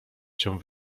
cię